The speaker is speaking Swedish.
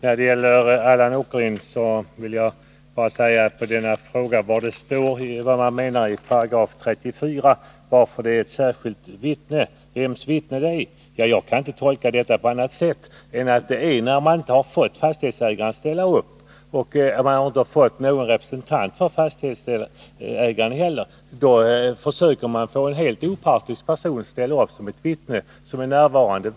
Fru talman! Allan Åkerlind frågar vad som avses med det som står i 34 § om ett särskilt tillkallat vittne. Han undrar vems vittne det är. Jag kan inte tolka det hela på annat sätt än att när man inte fått fastighetsägaren eller någon representant för fastighetsägaren att ställa upp försöker man få en helt opartisk person att vara vittne vid besiktningen.